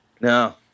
No